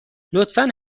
لطفا